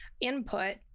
input